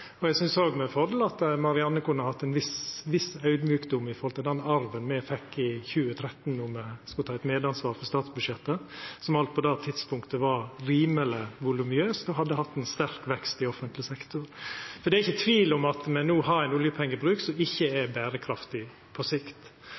Eg synest også at Marianne Marthinsen med fordel kunne ha hatt ein viss audmjukskap med omsyn til den arven me fekk i 2013 då me skulle ta eit medansvar for budsjettet, som alt på det tidspunktet var rimeleg voluminøst og hadde hatt ein sterk vekst i offentleg sektor. Det er ikkje tvil om at me no har ein oljepengebruk som ikkje